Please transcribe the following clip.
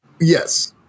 Yes